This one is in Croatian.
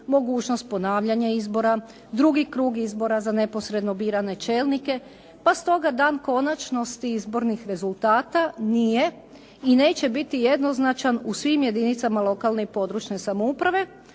mogućnost ponavljanja izbora, drugi krug izbora za neposredno birane čelnike, pa stoga dan konačnosti izbornih rezultata nije i neće biti jednoznačan u svim jedinicama lokalne i područne samouprave,